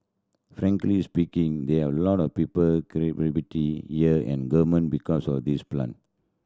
frankly speaking they have a lot of people credibility here in government because of these plant